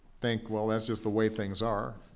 think, well, that's just the way things are.